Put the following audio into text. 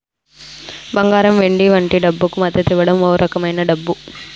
బంగారం వెండి వంటి డబ్బుకు మద్దతివ్వం ఓ రకమైన డబ్బు